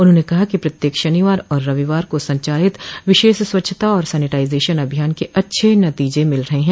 उन्होंने कहा कि प्रत्येक शनिवार और रविवार को संचालित विशेष स्वच्छता और सैनिटाइजेशन अभियान के अच्छे नतीजे मिल रहे हैं